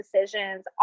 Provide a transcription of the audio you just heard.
decisions